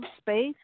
space